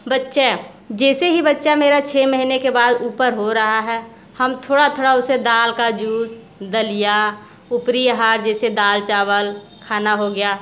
बच्चे जैसे ही बच्चा मेरा छ महीने के बाद ऊपर हो रहा है हम थोड़ा थोड़ा उसे दाल का जूस दलिया ऊपरी हर जैसे दाल चावल खाना हो गया